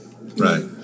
right